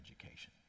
education